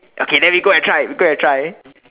okay then we go and try we go and try